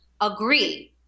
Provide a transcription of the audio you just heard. agree